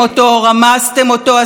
הסתתם נגדו,